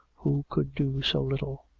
who could do so little.